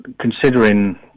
considering